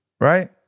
right